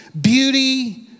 beauty